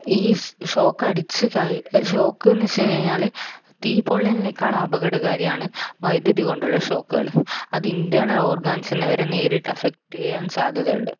ഈ ഷോക്ക് അടിച്ച് കഴി ഷോക്ക് എന്ന് വെച്ച് കഴിഞ്ഞു കഴിഞ്ഞാൽ തീ പൊള്ളലിനെക്കാൾ അപകടകാരിയാണ് വൈദ്യുതി കൊണ്ടുള്ള ഷോക്കുകൾ അത് ഇൻറ്റേണൽ ഓർഗാൻസിനെ വരെ നേരിട്ട് അഫക്റ്റ് ചെയ്യാൻ സാധ്യത ഉണ്ട്